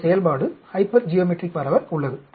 ஒரு செயல்பாடு ஹைப்பர்ஜியோமெட்ரிக் பரவல் உள்ளது